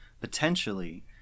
potentially